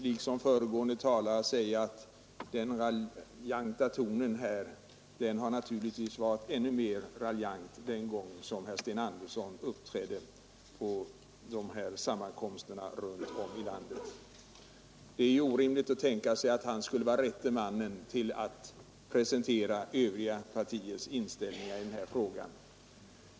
Liksom föregående talare antar jag, att den raljanta tonen naturligtvis var ännu mera raljant den gång herr Sten Andersson uppträdde på sammankomsterna runt om i landet. Det är orimligt att tänka sig att han skulle var rätte mannen att presentera Övriga partiers inställningar i denna fråga.